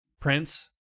Prince